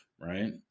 right